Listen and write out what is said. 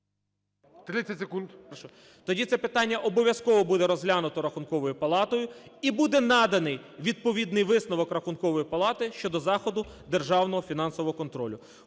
тоді це питання обов'язково буде розглянуто Рахунковою палатою і буде наданий відповідний висновок Рахункової палати щодо заходу державного фінансового контролю.